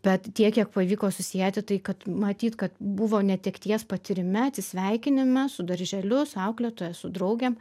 bet tiek kiek pavyko susieti tai kad matyt kad buvo netekties patyrime atsisveikinime su darželiu su auklėtoja su draugėm